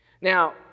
Now